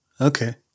Okay